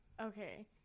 okay